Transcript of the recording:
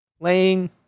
playing